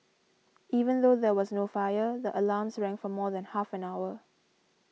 even though there was no fire the alarms rang for more than half an hour